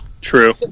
True